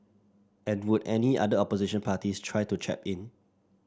and would any other opposition parties try to chap in